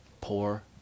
poor